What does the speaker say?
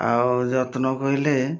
ଆଉ ଯତ୍ନ କହିଲେ